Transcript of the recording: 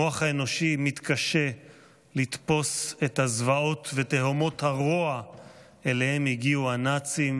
המוח האנושי מתקשה לתפוס את הזוועות ותהומות הרוע שאליהם הגיעו הנאצים,